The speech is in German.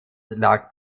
lag